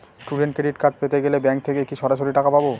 Student credit card পেতে গেলে bank থেকে কি সরাসরি টাকা পাবো?